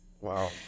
Wow